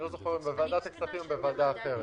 אני לא זוכר אם בוועדת הכספים או בוועדה אחרת.